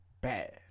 bad